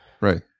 Right